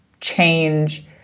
change